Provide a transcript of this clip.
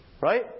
right